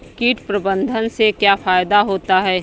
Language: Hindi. कीट प्रबंधन से क्या फायदा होता है?